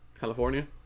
California